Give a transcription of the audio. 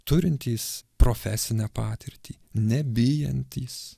turintys profesinę patirtį nebijantys